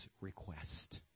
request